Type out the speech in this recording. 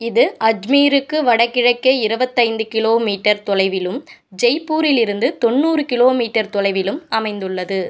இது அஜ்மீருக்கு வடகிழக்கே இருபத்தைந்து கிலோமீட்டர் தொலைவிலும் ஜெய்ப்பூரிலிருந்து தொண்ணூறு கிலோமீட்டர் தொலைவிலும் அமைந்துள்ளது